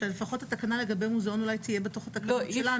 שלפחות התקנה לגבי מוזיאון אולי תהיה בתוך התקנות שלנו.